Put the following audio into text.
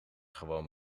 gewoon